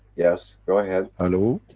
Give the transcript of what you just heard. yes, go ahead. hello?